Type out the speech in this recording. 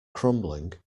crumbling